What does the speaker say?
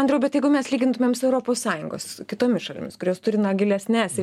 andriau bet jeigu mes lygintumėm su europos sąjungos kitomis šalimis kurios turi na gilesnes